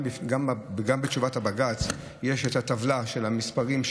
גם בתשובת בג"ץ יש את הטבלה של המספרים,